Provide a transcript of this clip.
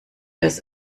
des